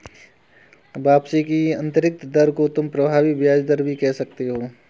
वापसी की आंतरिक दर को तुम प्रभावी ब्याज दर भी कह सकते हो